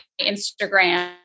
Instagram